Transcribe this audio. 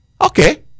Okay